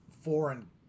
foreign